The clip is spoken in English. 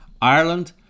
Ireland